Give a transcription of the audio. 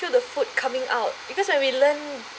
feel the food coming out because when we learn